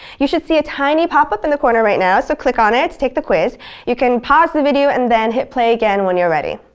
you should see a tiny pop-up in the corner right about now so click on it to take the quiz you can pause the video and then hit play again when you're ready.